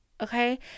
Okay